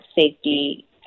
safety